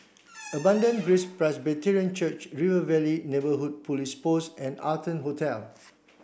Abundant Grace Presbyterian Church River Valley Neighbourhood Police Post and Arton Hotel